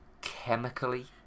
Chemically